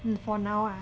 for now ah